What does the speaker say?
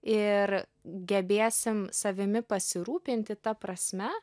ir gebėsim savimi pasirūpinti ta prasme